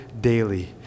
daily